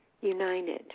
united